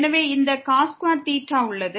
எனவே இங்கு உள்ளது